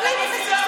להסלים את הסכסוכים,